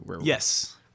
Yes